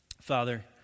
Father